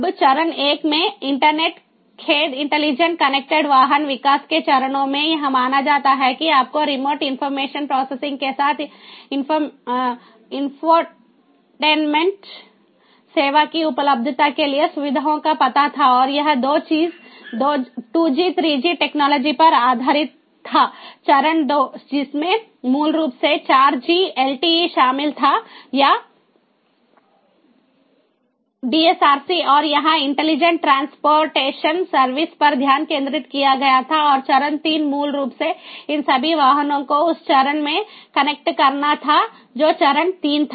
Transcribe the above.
अब चरण एक में इंटरनेट खेद इंटेलिजेंट कनेक्टेड वाहन विकास के चरणों में यह माना जाता था कि आपको रिमोट इंफॉर्मेशन प्रोसेसिंग के साथ इन्फोटेनमेंट सेवा की उपलब्धता के लिए सुविधाओं का पता था और यह 2 जी 3 जी टेक्नोलॉजी पर आधारित था चरण 2 जिसमें मूल रूप से 4 जी LTE शामिल था या DSRC और यहां इंटेलिजेंट ट्रांसपोर्टेशन सर्विस पर ध्यान केंद्रित किया गया था और चरण 3 मूल रूप से इन सभी वाहनों को उस चरण से कनेक्ट करना था जो चरण 3 था